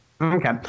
Okay